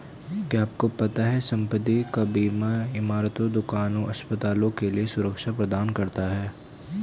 क्या आपको पता है संपत्ति का बीमा इमारतों, दुकानों, अस्पतालों के लिए सुरक्षा प्रदान करता है?